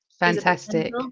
fantastic